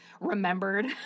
remembered